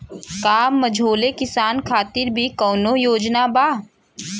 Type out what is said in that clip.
का मझोले किसान खातिर भी कौनो योजना बा?